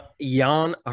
Jan